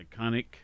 Iconic